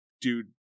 dude